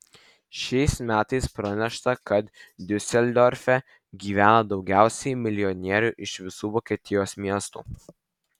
šiais metais pranešta kad diuseldorfe gyvena daugiausiai milijonierių iš visų vokietijos miestų